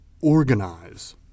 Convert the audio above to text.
organize